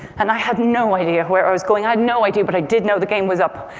and i had no idea where i was going. i had no idea. but i did know the game was up.